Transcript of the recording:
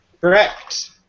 Correct